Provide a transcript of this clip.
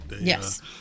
Yes